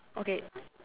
okay